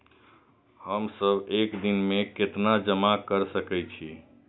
हम सब एक दिन में केतना जमा कर सके छी?